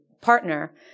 partner